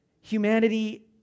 humanity